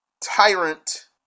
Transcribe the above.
tyrant